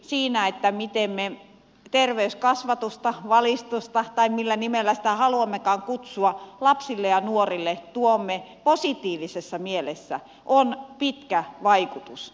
erityisesti sillä miten me terveyskasvatusta valistusta tai millä nimellä sitä haluammekaan kutsua lapsille ja nuorille tuomme positiivisessa mielessä on pitkä vaikutus